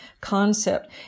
concept